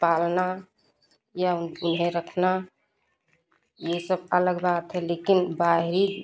पालना या उन्हें रखना ये सब अलग बात है लेकिन बाहरी